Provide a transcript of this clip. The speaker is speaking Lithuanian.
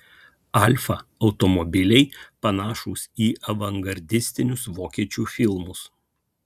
alfa automobiliai panašūs į avangardistinius vokiečių filmus